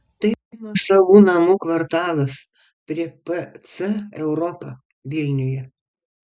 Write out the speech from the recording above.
tai nuosavų namų kvartalas prie pc europa vilniuje